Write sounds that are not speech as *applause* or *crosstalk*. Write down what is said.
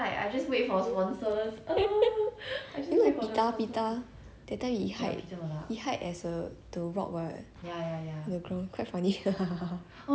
that time he hide he hide as a the rock [what] in the ground quite funny *laughs*